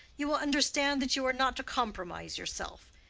you will understand that you are not to compromise yourself.